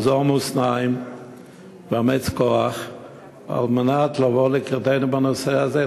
אזור מותניים ואמץ כוח כדי לבוא לקראתנו בנושא הזה,